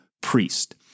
priest